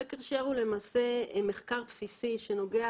חקר share הוא למעשה מחקר בסיסי שנוגע